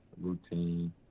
routine